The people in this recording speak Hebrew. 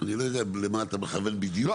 אני לא יודע למה אתה מכוון בדיוק.